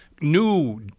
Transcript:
new